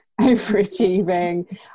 overachieving